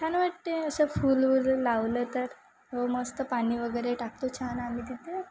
छान वाटते असं फूल वूल लावलं तर मस्त पाणी वगैरे टाकतो छान आम्ही तिथे